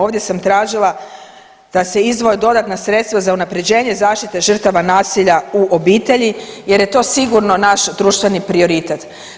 Ovdje sam tražila da se izdvoje dodatna sredstva za unapređenje zaštite žrtava nasilja u obitelji jer je to sigurno naš društveni prioritet.